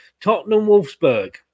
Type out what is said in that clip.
Tottenham-Wolfsburg